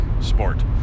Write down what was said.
sport